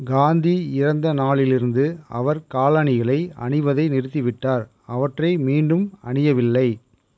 காந்தி இறந்த நாளிலிருந்து அவர் காலணிகளை அணிவதை நிறுத்திவிட்டார் அவற்றை மீண்டும் அணியவில்லை